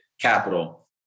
capital